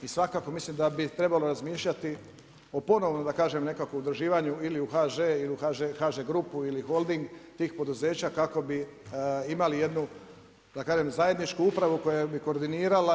I svakako mislim da bi trebalo razmišljati o ponovnom da kažem nekakvom udruživanju ili u HŽ ili u HŽ grupu ili holding tih poduzeća kako bi imali jednu da kažem zajedničku upravu koja bi koordinirala.